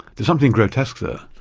there's something grotesque there.